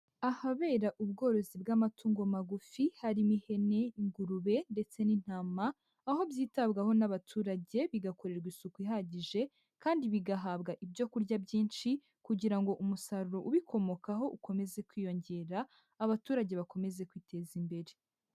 Ahabera ubworozi bw'amatungo magufi harimo ihene, ingurube ndetse n'intama, aho byitabwaho n'abaturage, bigakorerwa isuku ihagije, kandi bigahabwa ibyo kurya byinshi kugira ngo umusaruro ubikomokaho ukomeze kwiyongera, abaturage bakomeze kwiteza imbere.